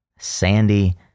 Sandy